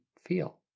feel